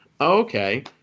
okay